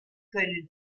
können